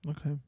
Okay